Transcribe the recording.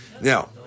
Now